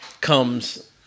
comes